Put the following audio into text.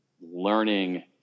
learning